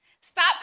stop